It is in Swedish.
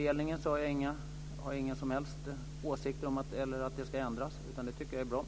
Jag har ingen som helst önskan om att denna ordning ska ändras, utan jag tycker att den är bra.